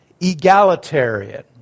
egalitarian